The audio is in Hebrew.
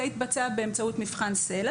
זה יתבצע באמצעות מבחן סל"ע,